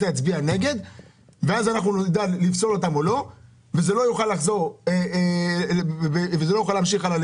יצביע נגד ואז נדע אם לפסול אותן או לא וזה לא יוכל לחזור מחדש לאישור.